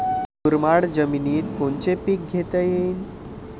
मुरमाड जमिनीत कोनचे पीकं घेता येईन?